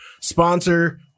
sponsor